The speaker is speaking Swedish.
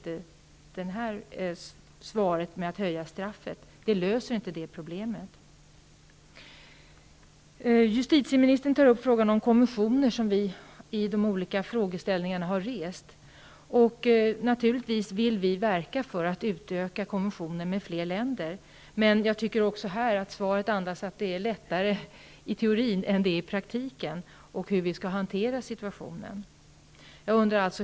En höjning av straffsatsen löser inte det problemet. Justitieministern tar upp frågan om konventioner, som som även vi har tagit upp i olika sammanhang. Naturligtvis vill vi verka för att utöka omfattningen av konventionen till fler länder. Men jag tycker också här att svaret andas att det är lättare i teorin än i praktiken att hantera den situationen.